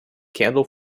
candle